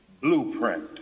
blueprint